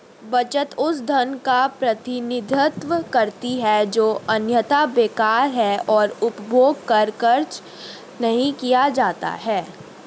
बचत उस धन का प्रतिनिधित्व करती है जो अन्यथा बेकार है और उपभोग पर खर्च नहीं किया जाता है